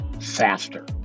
faster